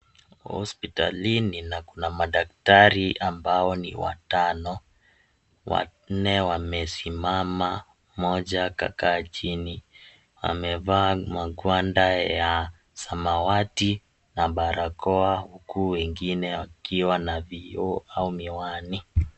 Hospitalini na kuna madaktari ambao ni watano, wanne wamesimama mmoja akakaa chini, amevaa magwanda ya samawati na barakoa huku wengine wakiwa na vioo au miwani.